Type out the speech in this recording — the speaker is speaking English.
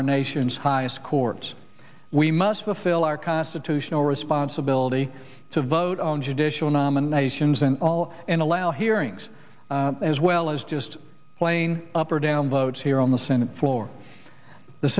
our nation's highest courts we must fulfill our constitutional responsibility to vote on judicial nominations and all and allow hearings as well as just plain up or down votes here on the senate floor the